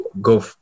go